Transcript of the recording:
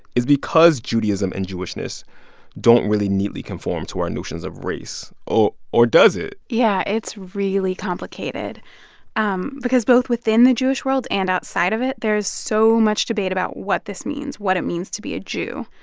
is because judaism and jewishness don't really neatly conform to our notions of race or or does it? yeah, it's really complicated um because both within the jewish world and outside of it, there's so much debate about what this means what it means to be a jew.